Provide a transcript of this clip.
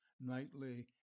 nightly